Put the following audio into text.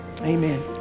amen